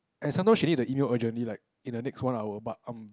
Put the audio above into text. and sometimes she need the email urgently like in the next one hour but I'm